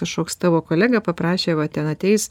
kažkoks tavo kolega paprašė va ten ateis